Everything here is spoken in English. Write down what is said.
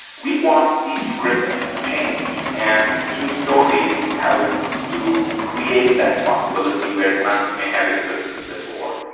we want these scripts to change, and new stories help to create that possibility where none may have existed before.